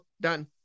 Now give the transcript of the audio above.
done